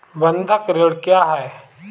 बंधक ऋण क्या है?